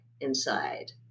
inside